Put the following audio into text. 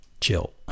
chill